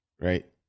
Right